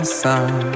sun